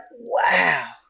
wow